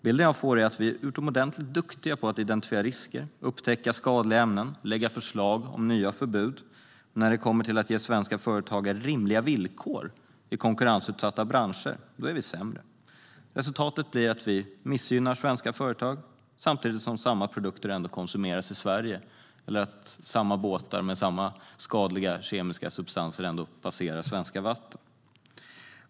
Bilden jag får är att vi är utomordentligt duktiga på att identifiera risker, upptäcka skadliga ämnen och lägga fram förslag om nya förbud. Men när det gäller att ge svenska företagare rimliga villkor i konkurrensutsatta branscher är vi sämre. Resultatet blir att vi missgynnar svenska företag samtidigt som samma produkter ändå konsumeras i Sverige och båtar med samma skadliga kemiska substanser ändå trafikerar svenska vatten.